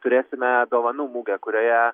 turėsime dovanų mugę kurioje